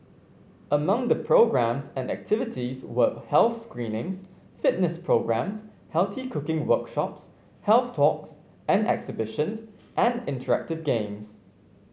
among the programmes and activities were health screenings fitness programmes healthy cooking workshops health talks and exhibitions and interactive games